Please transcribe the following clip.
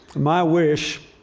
my wish